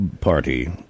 party